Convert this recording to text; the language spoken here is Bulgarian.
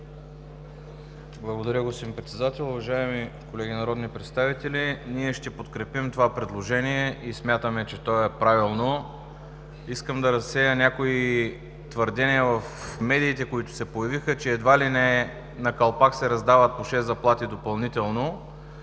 Благодаря, господин Председател. Уважаеми колеги народни представители, ние ще подкрепим това предложение и смятаме, че то е правилно. Искам да разсея някои твърдения в медиите, които се появиха, че едва ли не на калпак се раздават по шест заплати допълнително